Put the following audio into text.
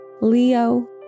Leo